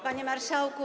Panie Marszałku!